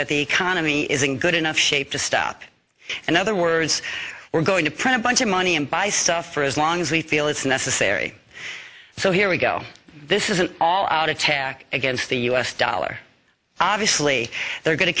that the economy is in good enough shape to stop and other words we're going to print a bunch of money and buy stuff for as long as they feel it's necessary so here we go this is an all out attack against the u s dollar obviously they're going to